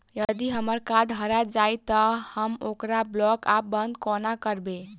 यदि हम्मर कार्ड हरा जाइत तऽ हम ओकरा ब्लॉक वा बंद कोना करेबै?